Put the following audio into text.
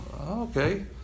Okay